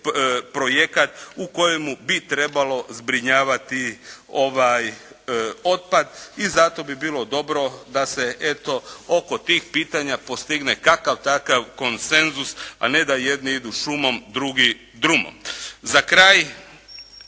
projekat u kojemu bi trebalo zbrinjavati otpad i zato bi bilo dobro da se eto oko tih pitanja postigne kakav-takav konsenzus, a ne da jedni idu šumom drugi drugom. Za kraj